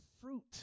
fruit